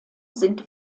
sind